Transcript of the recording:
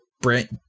Brent